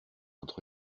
entre